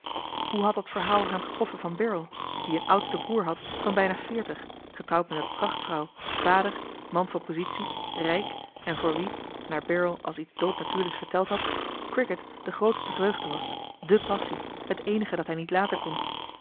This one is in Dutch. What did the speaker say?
hoe had dat verhaal hem getroffen van birrell die een oudsten broer had van bijna veertig getrouwd met een prachtvrouw vader man van positie rijk en voor wien naar birrell als iets dood natuurlijks verteld had cricket de grootste vreugde de passie het eenige dat hij niet laten kon